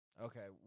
Okay